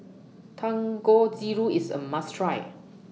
Dangojiru IS A must Try